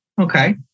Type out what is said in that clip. Okay